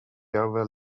railway